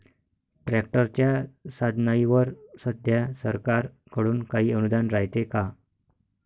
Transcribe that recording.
ट्रॅक्टरच्या साधनाईवर सध्या सरकार कडून काही अनुदान रायते का?